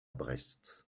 brest